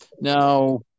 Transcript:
Now